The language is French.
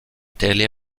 télé